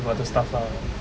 do other stuff lah